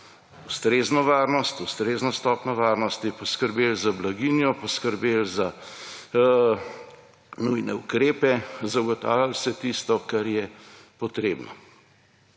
ustrezno varnost, ustrezno stopnjo varnosti, poskrbeli za blaginjo, poskrbeli za nujne ukrepe, zagotavljali vse tisto, kar je potrebno.